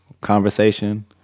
conversation